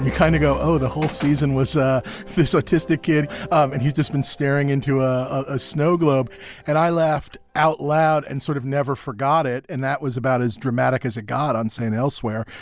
kind of go, oh, the whole season was ah this autistic kid and he's just been staring into ah a snow globe and i laughed out loud and sort of never forgot it. and that was about as dramatic as a god on st. elsewhere.